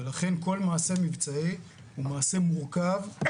לכן כל מעשה מבצעי הוא למעשה מורכב מאוד